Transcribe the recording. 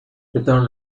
without